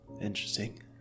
Interesting